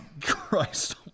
Christ